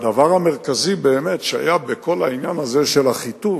הדבר המרכזי שהיה בכל העניין הזה של החיטוב,